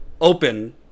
open